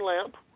lamp